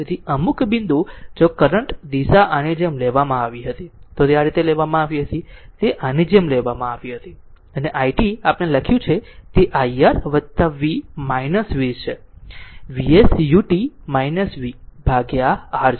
તેથી અમુક બિંદુ જો કરંટ દિશા આની જેમ લેવામાં આવી હતી આ તે આ રીતે લેવામાં આવી હતી તે આની જેમ લેવામાં આવી હતી અને i t આપણે લખ્યું છે તે i R v - v છે Vs ut V ભાગ્યા R છે